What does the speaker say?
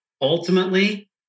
ultimately